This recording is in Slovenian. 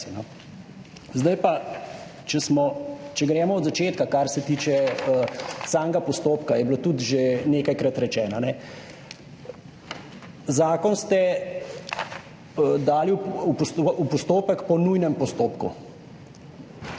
če smo, če gremo od začetka, kar se tiče samega postopka je bilo tudi že nekajkrat rečeno. Zakon ste dali v postopek po nujnem postopku,